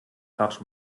touch